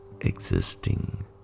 existing